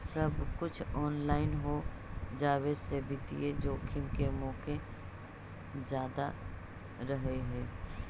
सब कुछ ऑनलाइन हो जावे से वित्तीय जोखिम के मोके जादा रहअ हई